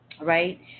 right